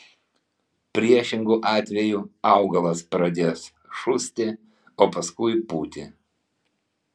priešingu atveju augalas pradės šusti o paskui pūti